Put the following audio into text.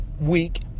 week